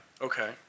okay